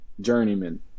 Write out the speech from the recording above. Journeyman